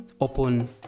open